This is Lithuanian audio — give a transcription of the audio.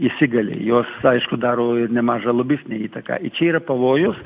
įsigali jos aišku daro ir nemažą lobistinę įtaką ir čia yra pavojus